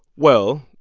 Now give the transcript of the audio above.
well,